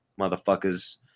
motherfuckers